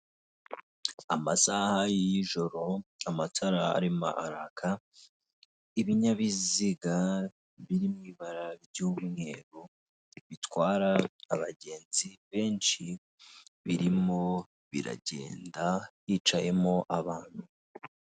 Amasaha y'ijoro amatara arimo araka ibinyabiziga biri mu ibara ry'umweru bitwara abagenzi benshi birimo biragenda hicayemo abantu.